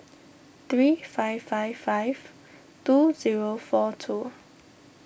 three five five five two zero four two